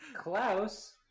Klaus